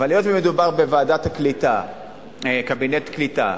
אבל היות שמדובר בקבינט קליטה